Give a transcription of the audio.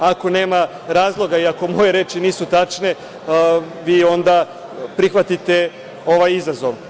Ako nema razloga i ako moje reči nisu tačne, vi onda prihvatite ovaj izazov.